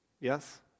Yes